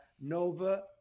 Nova